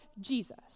Jesus